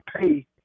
pay